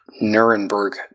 Nuremberg